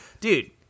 dude